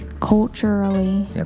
Culturally